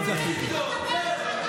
תמשיך, תמשיך.